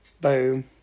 Boom